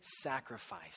sacrifice